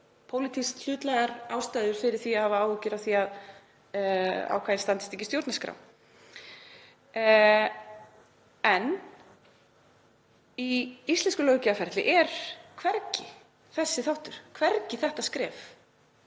pólitískt hlutlægar ástæður fyrir því að hafa áhyggjur af því að ákvæðið standist ekki stjórnarskrá. En í íslensku löggjafarferli er hvergi þessi þáttur, hvergi þetta skref